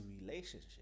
relationship